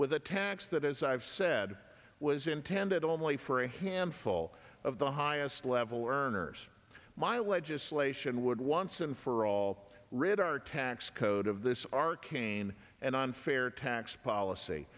with a tax that as i've said was intended only for a handful of the highest level earners my legislation would once and for all rid our tax code of this arcane and unfair tax policy